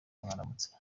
mwaramutse